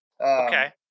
okay